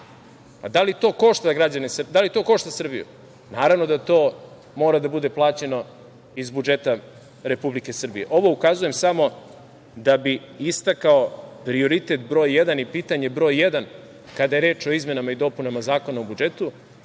da li to košta Srbiju? Naravno da to mora da bude plaćeno iz budžeta Republike Srbije. Ovo ukazujem samo da bih istakao prioritet broj jedan i pitanje broj jedan kada je reč o izmenama i dopunama Zakona o budžetu